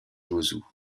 ouzou